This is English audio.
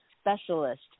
specialist